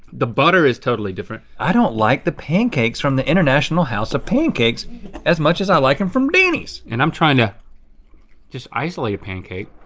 the butter is totally different. i don't like the pancakes from the international house of pancakes as much as i like em from denny's. and i'm trying to just isolate pancake.